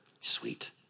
sweet